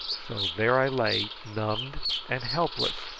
so there i lay numbed and helpless,